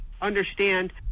understand